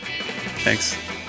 Thanks